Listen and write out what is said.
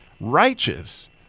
righteous